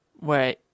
Wait